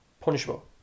punishable